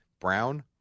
Brown